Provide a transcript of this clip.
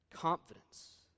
confidence